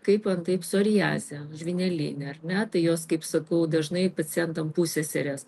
kaip antai psoriazė žvynelinė ar ne tai jos kaip sakau dažnai pacientam pusseserės